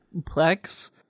Plex